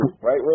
right